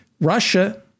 Russia